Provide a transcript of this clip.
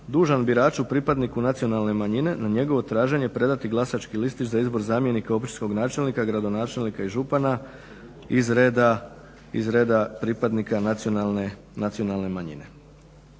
dužan biraču pripadniku nacionalne manjine na njegovo traženje predati glasački listić za izbor zamjenika općinskog načelnika, gradonačelnika i župana iz reda pripadnika nacionalne manjine.